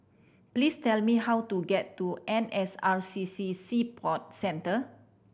please tell me how to get to N S R C C Sea Port Centre